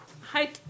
Hi